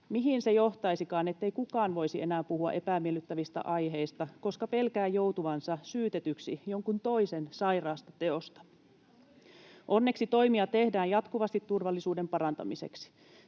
Mihin se johtaisikaan, ettei kukaan voisi enää puhua epämiellyttävistä aiheista, koska pelkää joutuvansa syytetyksi jonkun toisen sairaasta teosta? [Veronika Honkasalon välihuuto] Onneksi toimia tehdään jatkuvasti turvallisuuden parantamiseksi.